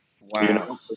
Wow